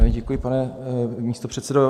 Děkuji, pane místopředsedo.